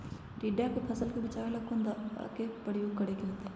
टिड्डा से फसल के बचावेला कौन दावा के प्रयोग करके होतै?